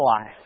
life